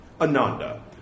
Ananda